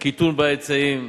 קיטון בהיצעים,